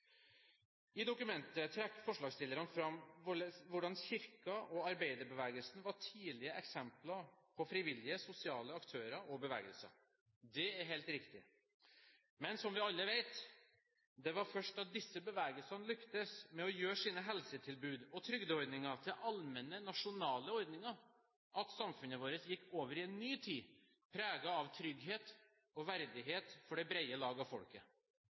I dokumentet trekker forslagsstillerne fram hvordan Kirken og arbeiderbevegelsen var tidlige eksempler på frivillige sosiale aktører og bevegelser. Det er helt riktig. Men som vi alle vet, det var først da disse bevegelsene lyktes med å gjøre sine helsetilbud og trygdeordninger til allmenne nasjonale ordninger, at samfunnet vårt gikk over i en ny tid preget av trygghet og verdighet for det brede lag av folket.